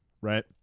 Right